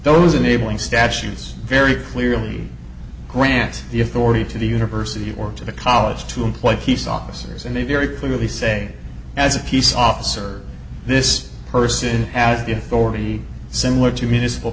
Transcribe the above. those enabling statutes very clearly grant the authority to the university or to the college to employ peace officers and they very clearly say as a peace officer this person as the authority similar to municipal